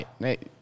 Right